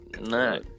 no